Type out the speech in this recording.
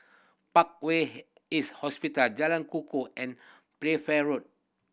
Parkway East Hospital Jalan Kukoh and Playfair Road